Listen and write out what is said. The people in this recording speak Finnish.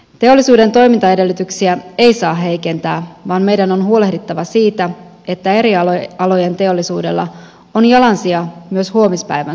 teollisuuden toimintaedellytyksiä ei saa heikentää vaan meidän on huolehdittava siitä että eri alojen teollisuudella on jalansija myös huomispäivän suomessa